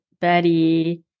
Betty